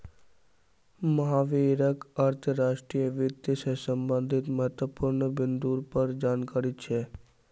महावीरक अंतर्राष्ट्रीय वित्त से संबंधित महत्वपूर्ण बिन्दुर पर जानकारी छे